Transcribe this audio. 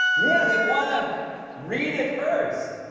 yeah, they want to read it first.